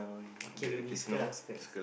okay okay we circle ah circle